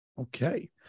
Okay